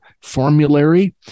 formulary